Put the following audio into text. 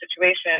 situation